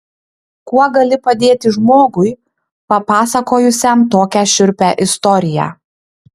kuo gali padėti žmogui papasakojusiam tokią šiurpią istoriją